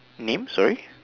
names sorry